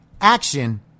action